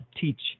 teach